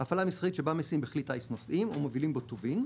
- הפעלה מסחרית שבה מסיעים בכלי טיס נוסעים או מובילים בו טובין,